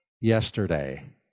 Yesterday